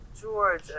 George